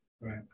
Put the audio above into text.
Right